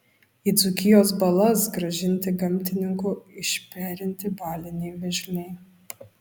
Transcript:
į dzūkijos balas grąžinti gamtininkų išperinti baliniai vėžliai